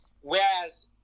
Whereas